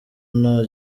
nta